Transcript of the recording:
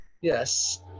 Yes